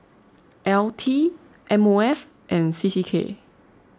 L T M O F and C C K